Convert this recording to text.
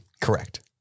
correct